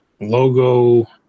logo